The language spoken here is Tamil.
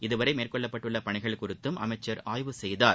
இதுவரை மேற்கொள்ளப்பட்டுள்ள பணிகள் குறித்தும் அமைச்சர் ஆய்வு செய்தார்